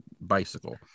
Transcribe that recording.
bicycle